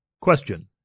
Question